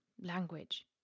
language